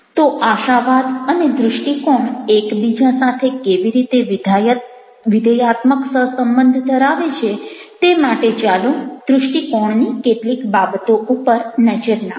તો આશાવાદ અને દ્રષ્ટિકોણ એકબીજા સાથે કેવી રીતે વિધેયાત્મક સહસંબંધ ધરાવે છે તે માટે ચાલો દૃષ્ટિકોણની કેટલીક બાબતો ઉપર નજર કરીએ